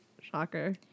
Shocker